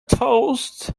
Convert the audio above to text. toast